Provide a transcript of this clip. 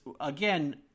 again